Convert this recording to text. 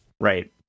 Right